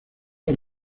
los